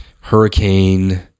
Hurricane